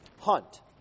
hunt